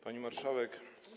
Pani Marszałek!